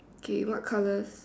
okay what colours